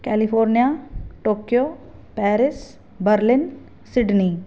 California Tokyo Paris Berlin Sydney